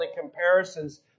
comparisons